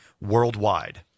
worldwide